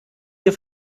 hier